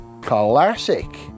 Classic